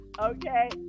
Okay